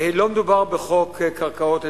לא מדובר בחוק קרקעות,